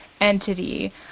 entity